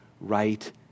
right